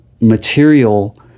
material